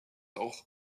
auch